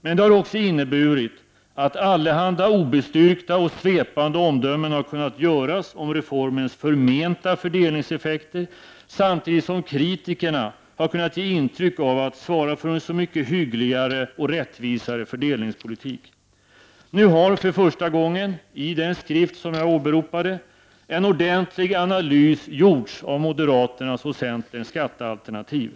Men det har också inneburit, att allehanda obestyrkta och svepande omdömen kunnat göras om reformens förmenta fördelningseffekter, samtidigt som kritikerna kunnat ge intryck av att svara för en så mycket hyggligare och rättvisåre fördelningspolitik. För första gången har nu, i den skrift som jag åberopade, en ordentlig analys gjorts av moderaternas och centerns skattealternativ.